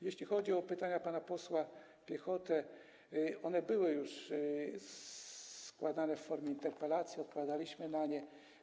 Jeśli chodzi o pytania pana posła Piechoty, one były już składane w formie interpelacji, odpowiadaliśmy na nie.